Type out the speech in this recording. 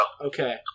Okay